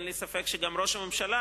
אין לי ספק שגם ראש הממשלה,